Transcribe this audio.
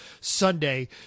sunday